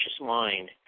mind